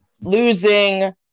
losing